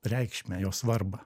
reikšmę jos svarbą